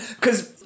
because-